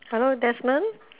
hello Desmond